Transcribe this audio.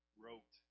wrote